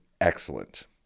excellent